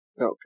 Okay